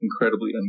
incredibly